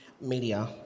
media